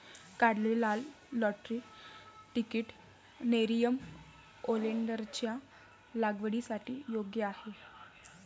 काढलेले लाल lateritic nerium ओलेन्डरच्या लागवडीसाठी योग्य आहे